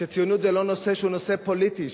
שציונות זה לא נושא שהוא נושא פוליטי,